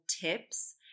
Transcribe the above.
Tips